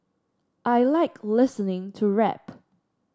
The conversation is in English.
I like listening to rap